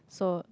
so